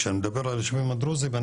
כשאני מדבר על היישובים הדרוזיים אני